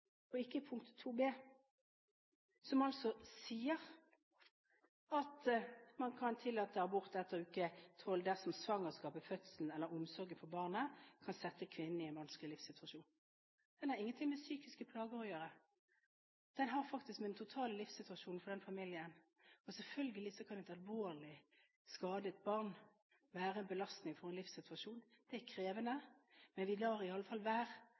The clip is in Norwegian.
og ikke i § 2 b) som sier at man kan tillate abort etter uke tolv dersom: «… svangerskapet, fødselen eller omsorgen for barnet kan sette kvinnen i en vanskelig livssituasjon» Den har ingen ting med psykiske plager å gjøre. Den har faktisk med den totale livssituasjonen for en familie å gjøre. Selvfølgelig kan et alvorlig skadet barn være en belastning for en livssituasjon. Det er krevende, men vi lar i alle fall være